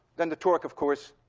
then the torque, of course,